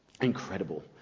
incredible